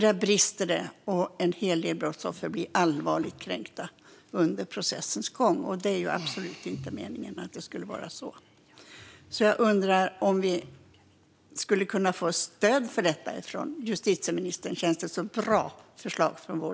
Där brister det i dag, och en hel del brottsoffer blir allvarligt kränkta under processens gång. Det är absolut inte meningen att det ska vara så. Jag undrar om vi skulle kunna få stöd för detta från justitieministern. Känns detta som bra förslag från oss?